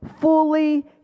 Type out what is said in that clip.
fully